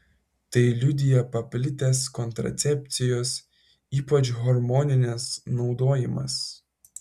tai liudija paplitęs kontracepcijos ypač hormoninės naudojimas